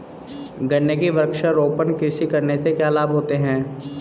गन्ने की वृक्षारोपण कृषि करने से क्या लाभ होते हैं?